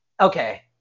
Okay